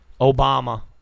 Obama